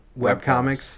webcomics